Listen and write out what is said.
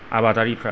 आबादारिफ्रा